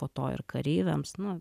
po to ir kareiviams nu